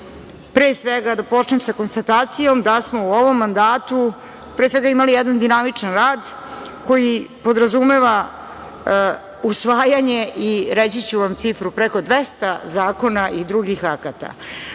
pre svega da počnem sa konstatacijom da smo u ovom mandatu imali pre svega jedan dinamičan rad, koji podrazumeva usvajanje i, reći ću vam cifru, preko 200 zakona i drugih akata. Naš